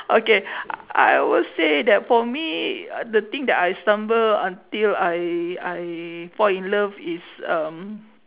okay I will say that for me the thing I stumble until I I fall in love is um